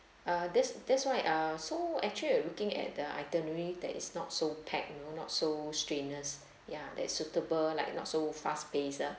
uh that's that's why uh so actually I looking at the itinerary that is not so pack you know not so strainers ya that suitable like not so fast pace ah